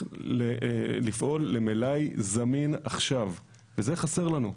לפעול למלאי זמין עכשיו וזה חסר לנו.